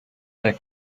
their